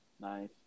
nice